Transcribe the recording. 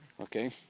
Okay